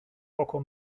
poco